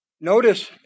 Notice